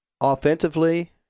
offensively